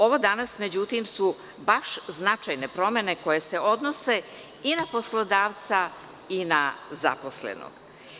Ovo danas su, međutim, baš značajne promene koje se odnose i na poslodavca i na zaposlenog.